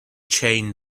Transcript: chain